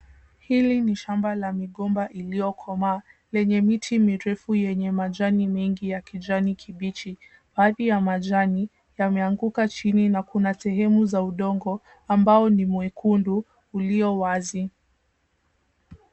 Hili ni shamba la migomba iliyokomaa ,lenye miti mirefu yenye majani mengi ya kijani kibichi ,baadhi ya majani yameanguka chini na kuna sehemu za udongo ambao ni mwekundu ulio wazi.